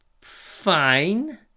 fine